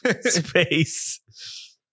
Space